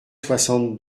soixante